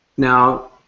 Now